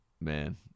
man